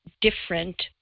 different